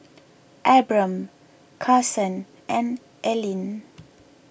Abram Carson and Ellyn